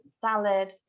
salad